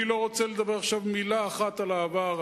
אני לא רוצה לדבר עכשיו מלה אחת על העבר,